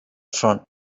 front